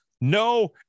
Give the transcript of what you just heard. no